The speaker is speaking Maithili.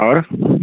आओर